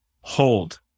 hold